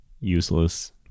useless